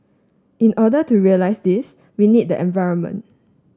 in order to realise this we need the environment